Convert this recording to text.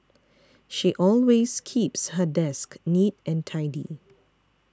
she always keeps her desk neat and tidy